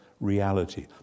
reality